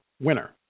winner